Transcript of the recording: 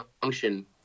function